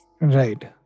Right